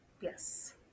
Yes